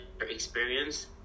experience